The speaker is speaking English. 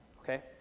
Okay